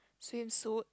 swimsuit